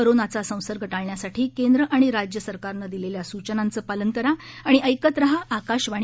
कोरोनाचा संसर्ग टाळण्यासाठी केंद्र आणि राज्य सरकारनं दिलेल्या सूचनांचं पालन करा आणि ऐकत रहा आकाशवाणी